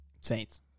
Saints